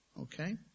Okay